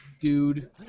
Dude